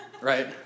Right